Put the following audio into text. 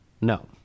no